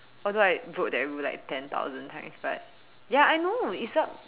although I vote that we would like ten thousand times but ya I know it's not